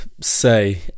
say